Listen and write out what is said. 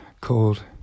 called